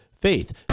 faith